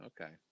Okay